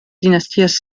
dinasties